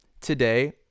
today